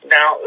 Now